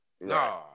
No